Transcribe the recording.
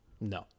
No